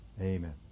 Amen